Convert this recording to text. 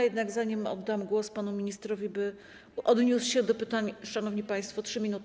Jednak zanim oddam głos panu ministrowi, by odniósł się do pytań, szanowni państwo, 3 minuty